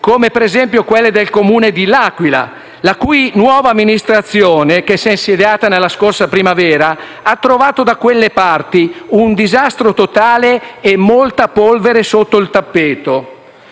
Come, per esempio, quelle del Comune di l'Aquila, la cui nuova amministrazione, che si è insediata nella scorsa primavera, ha trovato da quelle parti un disastro totale e molta polvere sotto il tappeto.